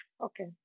okay